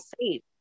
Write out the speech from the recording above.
safe